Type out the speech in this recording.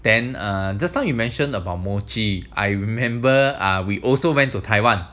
then err just now you mentioned about mochi I remember ah we also went to taiwan